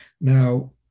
Now